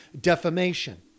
defamation